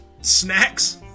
Snacks